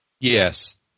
yes